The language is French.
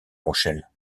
rochelle